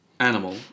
Animal